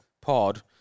pod